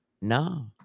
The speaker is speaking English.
No